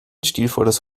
stilvolles